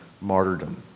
martyrdom